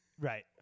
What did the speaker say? right